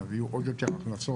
אז יהיו עוד יותר הכנסות